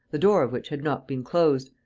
the door of which had not been closed,